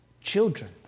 children